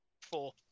four